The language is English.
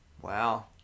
Wow